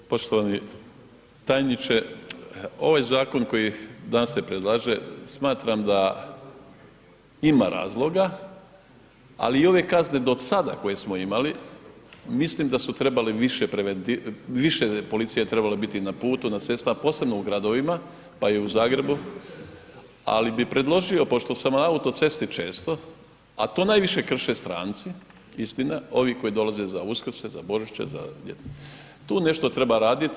Poštovani tajniče, ovaj zakon koji danas se predlaže, smatram da ima razloga, ali i ove kazne do sada koje smo imali, mislim da su trebali više, više je policije trebalo biti na putu, na cestama, a posebno u gradovima, pa i u Zagrebu, ali bih predložio pošto sam na auto cesti često, a to najviše krše stranci, istina, ovi koji dolaze za Uskrse, za Božiće, tu nešto treba raditi.